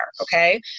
Okay